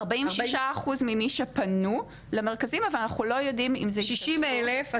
46 אחוזים ממי שפנו למרכזים אבל אנחנו לא יודעים -- אז זה 60 אלף,